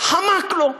חמק לו.